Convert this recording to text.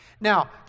Now